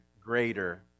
greater